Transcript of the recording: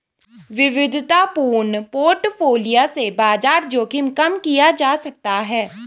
विविधतापूर्ण पोर्टफोलियो से बाजार जोखिम कम किया जा सकता है